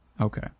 okay